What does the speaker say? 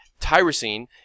tyrosine